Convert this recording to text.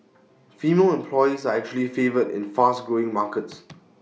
female employees are actually favoured in fast growing markets